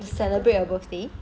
celebrate your birthday